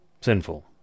sinful